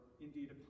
indeed